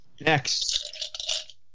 Next